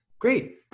Great